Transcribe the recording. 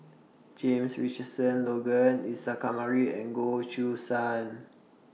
James Richardson Logan Isa Kamari and Goh Choo San